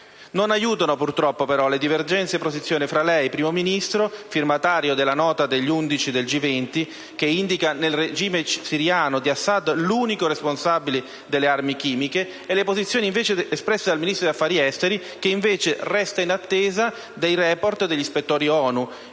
Non aiutano purtroppo, però, le divergenti posizioni fra lei, Primo Ministro, firmatario della nota degli 11 del G20, che indica nel regime siriano di Assad l'unico responsabile delle armi chimiche, e la Ministra degli affari esteri, che invece resta in attesa del *report* degli ispettori ONU,